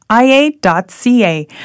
ia.ca